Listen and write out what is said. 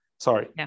Sorry